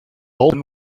bolden